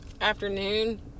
afternoon